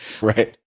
Right